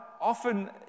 often